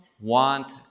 want